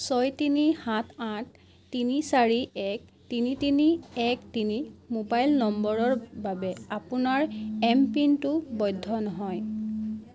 ছয় তিনি সাত আঠ তিনি চাৰি এক তিনি তিনি এক তিনি মোবাইল নম্বৰৰ বাবে আপোনাৰ এমপিনটো বৈধ নহয়